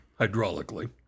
hydraulically